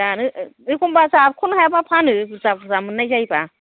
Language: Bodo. जानो एखमबा जाख'नो हायाबा फानो बुरजा बुरजा मोन्नाय जायोबा